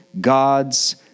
god's